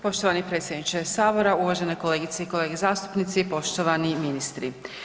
Poštovani predsjedniče Sabora, uvažene kolegice i kolege zastupnici, poštovani ministri.